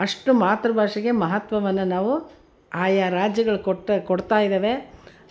ಅಷ್ಟು ಮಾತೃ ಭಾಷೆಗೆ ಮಹತ್ವವನ್ನು ನಾವು ಆಯಾ ರಾಜ್ಯಗಳು ಕೊಟ್ಟ ಕೊಡ್ತಾ ಇದವೆ